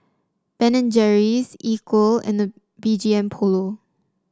Ben and Jerry's Equal and B G M Polo